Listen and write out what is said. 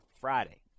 Friday